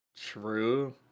True